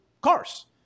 cars